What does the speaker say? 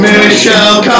Michelle